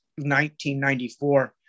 1994